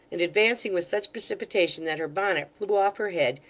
and advancing with such precipitation that her bonnet flew off her head,